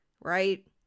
right